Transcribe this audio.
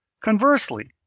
Conversely